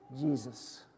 Jesus